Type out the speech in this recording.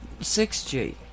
6G